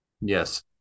Yes